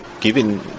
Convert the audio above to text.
given